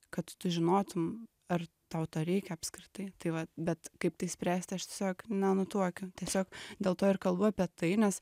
kad tu žinotum ar tau to reikia apskritai tai vat bet kaip tai spręsti aš tiesiog nenutuokiu tiesiog dėl to ir kalbu apie tai nes